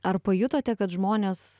ar pajutote kad žmonės